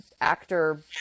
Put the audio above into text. actor